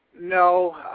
No